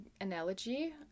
analogy